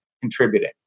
contributing